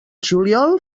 juliol